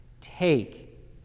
take